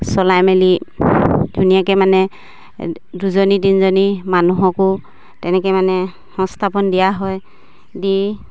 চলাই মেলি ধুনীয়াকে মানে দুজনী তিনজনী মানুহকো তেনেকে মানে সংস্থাপন দিয়া হয় দি